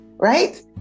right